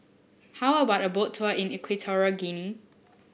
how about a Boat Tour in Equatorial Guinea